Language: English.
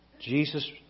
Jesus